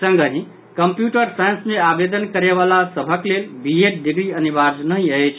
संगहि computer science मे आवेदन करयवला सभक लेल बीएड डिग्री अनिवार्य नहि अछि